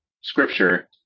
scripture